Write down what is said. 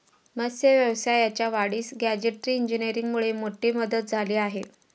मत्स्य व्यवसायाच्या वाढीस गॅजेटरी इंजिनीअरिंगमुळे मोठी मदत झाली आहे